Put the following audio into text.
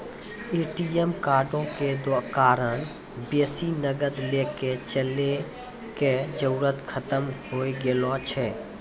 ATM कार्डो के कारण बेसी नगद लैके चलै के जरुरत खतम होय गेलो छै